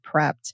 prepped